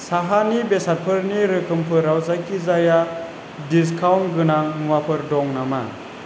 साहानि बेसादफोरनि रोखोमफोराव जायखिजाया डिसकाउन्ट गोनां मुवाफोर दं नामा